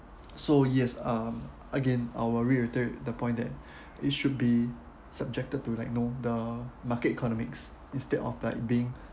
so yes um again I will reiterate the point that it should be subjected to like know the market economics instead of like being